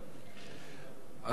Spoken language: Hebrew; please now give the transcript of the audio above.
הוועדה, נתקבלו.